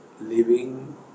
living